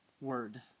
word